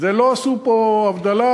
ולא עשו פה הבדלה,